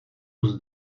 kus